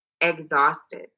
exhausted